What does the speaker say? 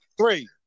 three